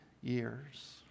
years